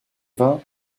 vin